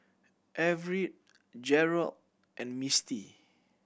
Everette Jerold and Mistie